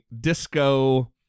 disco